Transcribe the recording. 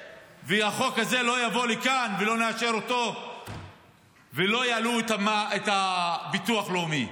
והחוק הזה לא יבוא לכאן ולא נאשר אותו ולא יעלו את הביטוח הלאומי.